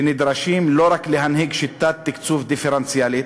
שנדרשים לא רק להנהיג שיטת תקצוב דיפרנציאלית,